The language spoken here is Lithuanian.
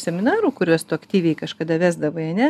seminarų kuriuos tu aktyviai kažkada vesdavai ane